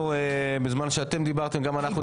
בזמן שאתם דיברתם גם אנחנו דיברנו.